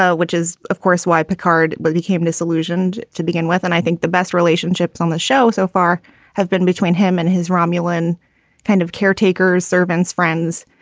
ah which is, of course, why picard well but became disillusioned to begin with. and i think the best relationships on the show so far have been between him and his romulan kind of caretakers, servants, friends.